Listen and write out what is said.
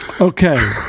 Okay